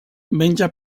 menja